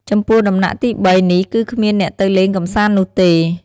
ចំពោះ ដំណាក់ទី៣នេះគឺគ្មានអ្នកទៅលេងកំសាន្តនោះទេ។